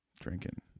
drinking